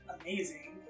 amazing